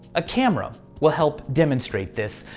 a camera will help demonstrate this.